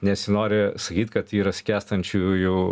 nesinori sakyt kad yra skęstančiųjų